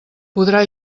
podrà